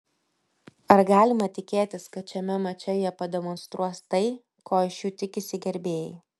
ar galima tikėtis kad šiame mače jie pademonstruos tai ko iš jų tikisi gerbėjai